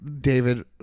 David